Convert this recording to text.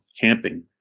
camping